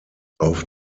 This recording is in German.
auf